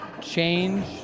change